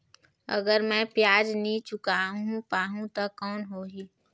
अगर मै ब्याज नी चुकाय पाहुं ता कौन हो ही?